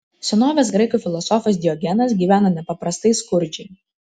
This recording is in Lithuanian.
senovės graikų filosofas diogenas gyveno nepaprastai skurdžiai